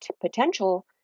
potential